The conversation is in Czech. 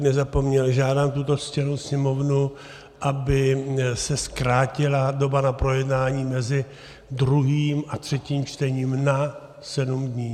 Abych nezapomněl, žádám tuto ctěnou Sněmovnu, aby se zkrátila doba na projednání mezi druhým a třetím čtením na sedm dní.